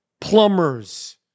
plumbers